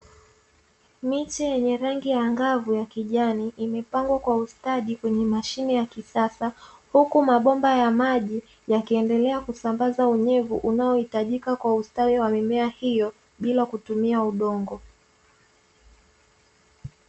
Miche yenye rangi angavu ya kijani, imepangwa kwa ustadi kwenye mashine ya kisasa, huku mabomba ya maji yakiendelea kusambaza unyevu unaohitajika kwa ustawi wa mimea hiyo bila kutumika udongo.